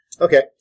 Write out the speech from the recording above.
Okay